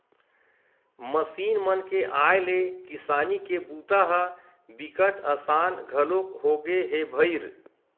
machine मन के आए ले किसानी के बूता ह बिकट असान घलोक होगे हे भईर